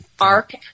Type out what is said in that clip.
ARC